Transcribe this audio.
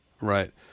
Right